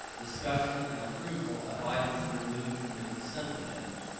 discussion and approval of items removed from the consent agenda.